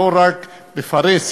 לא רק בפרהסיה,